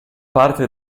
parte